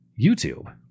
YouTube